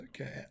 Okay